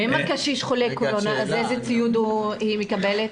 ואם קשיש חולה קורונה, איזה ציוד היא מקבלת?